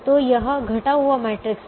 तो यह घटा हुआ मैट्रिक्स है